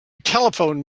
telephoned